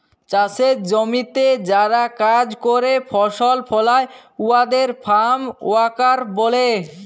চাষের জমিতে যারা কাজ ক্যরে ফসল ফলায় উয়াদের ফার্ম ওয়ার্কার ব্যলে